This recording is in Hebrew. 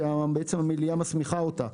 בעצם המליאה מסמיכה אותה.